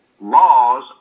laws